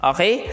Okay